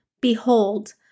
Behold